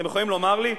אתם יכולים לומר לי?